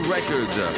Records